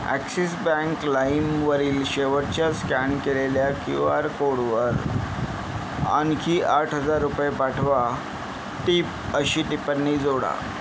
axis bank लाईमवरील शेवटच्या scan केलेल्या क्यू आर कोडवर आणखी आठ हजार रुपये पाठवा टिप अशी टिपन्नी जोडा